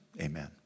amen